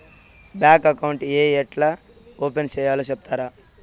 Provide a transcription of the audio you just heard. Bank account ఏ ఎట్లా open సేయాలి సెప్తారా?